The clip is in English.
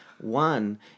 One